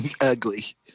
ugly